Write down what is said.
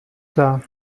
klar